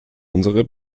unsere